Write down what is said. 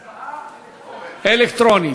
הצבעה אלקטרונית.